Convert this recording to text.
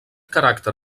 caràcter